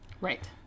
Right